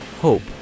hope